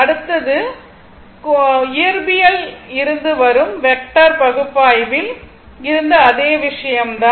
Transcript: அடுத்து இயற்பியல் இருந்து வரும் வெக்டர் பகுப்பாய்வில் இருந்து அதே விஷயம் தான்